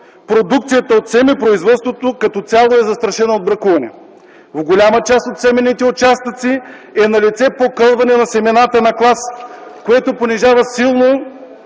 продукцията от семепроизводството като цяло е застрашена от бракуване. В голяма част от семенните участъци е налице покълване на семената на клас, което понижава силно